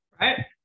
Right